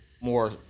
more